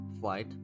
flight